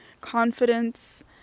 confidence